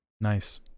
nice